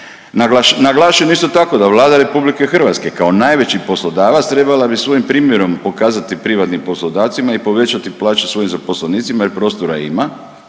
Naglašavamo isto tako da Vlada RH kao najveći poslodavac trebala bi svojim primjerom pokazati privatnim poslodavcima i povećati plaće svojim zaposlenicima jer prostora ima.